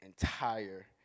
entire